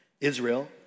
Israel